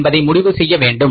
என்பதை முடிவு செய்ய வேண்டும்